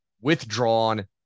withdrawn